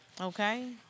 Okay